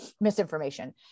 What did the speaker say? misinformation